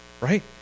Right